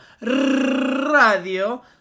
Radio